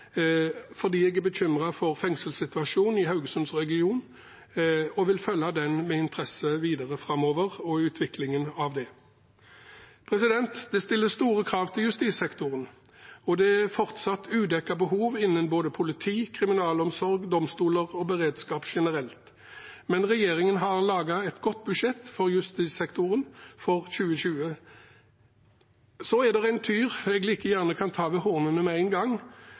fordi jeg er bekymret for fengselssituasjonen i Haugesunds-regionen, og vil følge utviklingen med interesse videre framover. Det stilles store krav til justissektoren, og det er fortsatt udekkede behov innen både politi, kriminalomsorg, domstoler og beredskap generelt. Men regjeringen har laget et godt budsjett for justissektoren for 2020. Så er det en tyr jeg like gjerne kan ta ved hornene med en gang